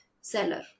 seller